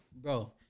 Bro